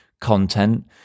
content